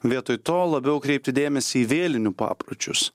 vietoj to labiau kreipti dėmesį į vėlinių papročius